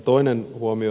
toinen huomio